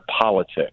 politics